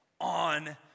on